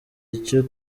icyo